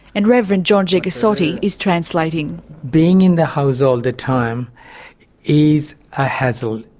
and reverend john jegasothy is translating. being in the house all the time is a hassle.